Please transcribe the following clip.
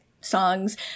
Songs